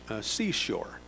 seashore